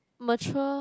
mature